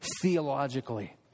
theologically